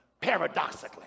paradoxically